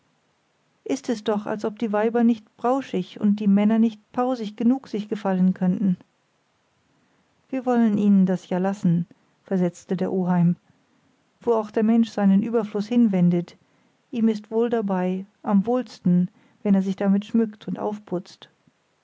ist es doch als ob die weiber nicht brauschig und die männer nicht pausig genug sich gefallen könnten wir wollen ihnen das ja lassen versetzte der oheim wo auch der mensch seinen überfluß hinwendet ihm ist wohl dabei am wohlsten wenn er sich damit schmückt und aufputzt